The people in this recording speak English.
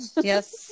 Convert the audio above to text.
Yes